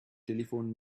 telephoned